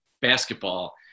basketball